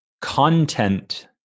content